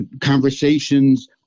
conversations